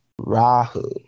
Rahu